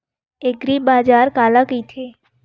एग्रीबाजार काला कइथे?